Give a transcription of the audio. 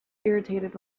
irritated